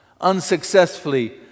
unsuccessfully